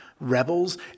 rebels